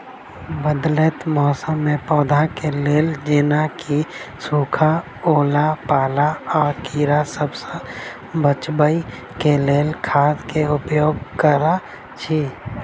बदलैत मौसम मे पौधा केँ लेल जेना की सुखा, ओला पाला, आ कीड़ा सबसँ बचबई केँ लेल केँ खाद केँ उपयोग करऽ छी?